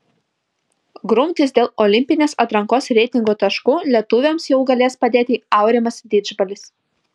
grumtis dėl olimpinės atrankos reitingo taškų lietuviams jau galės padėti aurimas didžbalis